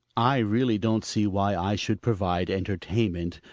i really don't see why i should provide entertainment,